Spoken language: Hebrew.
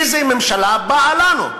איזה ממשלה באה לנו.